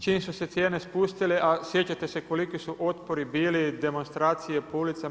Čim su se cijene spustile, a sjećate se koliki su otpori bili, demonstracije po ulicama.